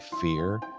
fear